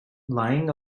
lying